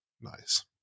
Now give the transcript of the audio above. nice